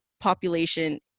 population